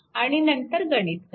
आणि नंतर गणित करा